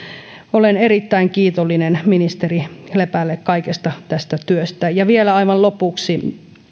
olen erittäin kiitollinen ministeri lepälle kaikesta tästä työstä vielä aivan lopuksi